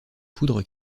poudre